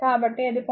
కాబట్టి ఇది 0